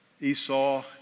Esau